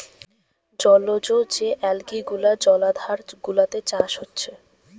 জলজ যে অ্যালগি গুলা জলাধার গুলাতে চাষ হচ্ছে